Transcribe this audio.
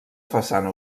façana